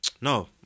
no